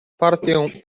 partię